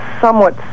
somewhat